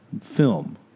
film